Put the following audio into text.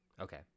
Okay